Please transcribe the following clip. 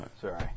Sorry